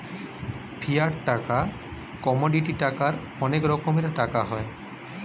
fiat টাকা, commodity টাকার অনেক রকমের টাকা হয়